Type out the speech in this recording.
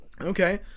Okay